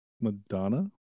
Madonna